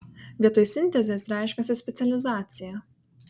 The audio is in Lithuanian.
vietoj sintezės reiškiasi specializacija